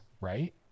right